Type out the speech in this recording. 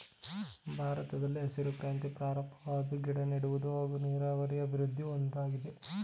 ಭಾರತದಲ್ಲಿ ಹಸಿರು ಕ್ರಾಂತಿ ಪ್ರಾರಂಭವಾದ್ವು ಗಿಡನೆಡುವುದು ಹಾಗೂ ನೀರಾವರಿಲಿ ಅಭಿವೃದ್ದಿ ಹೊಂದೋದಾಗಿದೆ